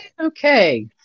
Okay